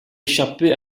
échapper